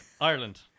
Ireland